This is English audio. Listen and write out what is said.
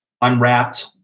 unwrapped